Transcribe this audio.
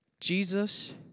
Jesus